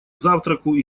завтраку